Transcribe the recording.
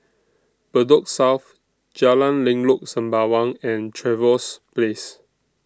Bedok South Jalan Lengkok Sembawang and Trevose Place